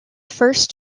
first